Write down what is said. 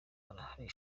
arahari